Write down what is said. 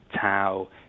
tau